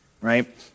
Right